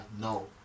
no